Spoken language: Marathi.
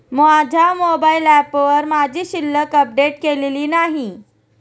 माझ्या मोबाइल ऍपवर माझी शिल्लक अपडेट केलेली नाही